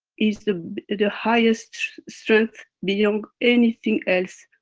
is. the the highest strength beyond anything else.